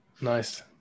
Nice